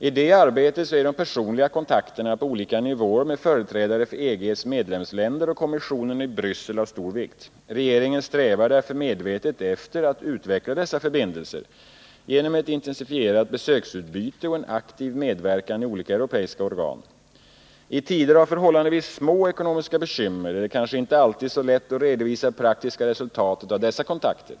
I det arbetet är de personliga kontakterna på olika nivåer med företrädare för EG:s medlemsländer och med kommissionen i Bryssel av stor vikt. Regeringen strävar därför medvetet efter att utveckla dessa förbindelser genom ett intensifierat besöksutbyte och en aktiv medverkan i olika europeiska organ. I tider av förhållandevis små ekonomiska bekymmer är det kanske inte alltid så lätt att redovisa praktiska resultat av dessa kontakter.